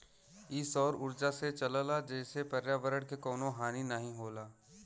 इ सौर उर्जा से चलला जेसे पर्यावरण के कउनो हानि नाही होला